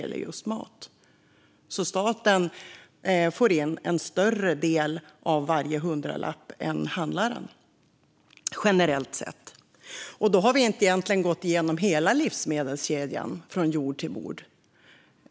Staten får alltså generellt sett in en större del av varje hundralapp än handlaren. Då har vi inte gått igenom hela livsmedelskedjan från jord till bord.